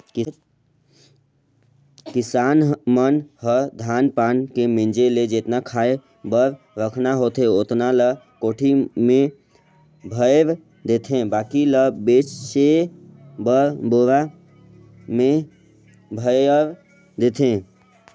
किसान मन ह धान पान के मिंजे ले जेतना खाय बर रखना होथे ओतना ल कोठी में भयर देथे बाकी ल बेचे बर बोरा में भयर देथे